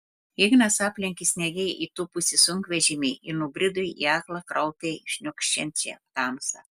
ignas aplenkė sniege įtūpusį sunkvežimį ir nubrido į aklą kraupiai šniokščiančią tamsą